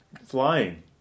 flying